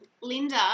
Linda